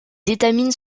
étamines